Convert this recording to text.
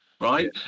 right